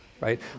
right